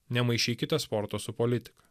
nemaišykite sporto su politika